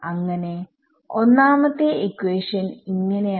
അങ്ങനെ ഒന്നാമത്തെ ഇക്വേഷൻ ഇങ്ങനെ ആവും